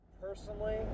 Personally